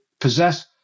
possess